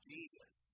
Jesus